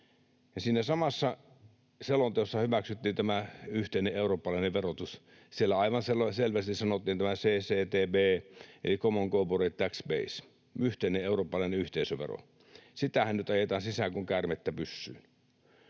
Siinä samassa selonteossa hyväksyttiin tämä yhteinen eurooppalainen verotus. Siellä aivan selvästi sanottiin tämä CCTB eli common corporate tax base, yhteinen eurooppalainen yhteisövero. Sitähän nyt ajetaan sisään kuin käärmettä pyssyyn.